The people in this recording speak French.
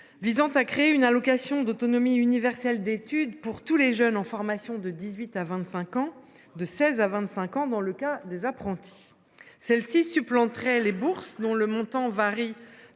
visant à créer une allocation autonomie universelle d’études pour tous les jeunes en formation de 18 ans à 25 ans, de 16 ans à 25 ans pour les apprentis. Cette allocation supplanterait les bourses, dont le montant varie